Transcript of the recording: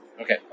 Okay